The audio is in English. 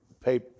pay